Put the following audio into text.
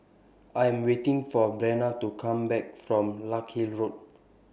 I Am waiting For Breana to Come Back from Larkhill Road